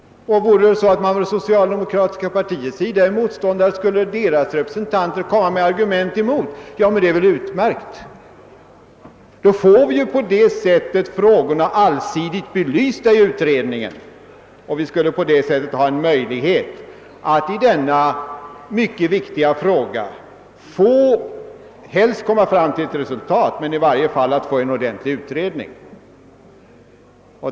Om det socialdemokratiska partiet vore motståndare, skulle deras representanter komma med argument. Det är väl utmärkt. Vi får på det sättet frågorna allsidigt belysta i utredningen, och vi bereds därmed möjlighet att i denna mycket viktiga fråga komma fram till ett resultat eller i varje fall att få en ordentlig utredning.